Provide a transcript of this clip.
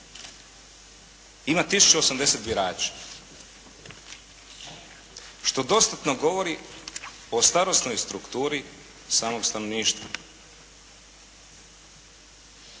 80 birača, što dostatno govori o starosnoj strukturi samog stanovništva.